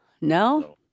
no